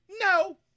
No